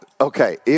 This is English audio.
Okay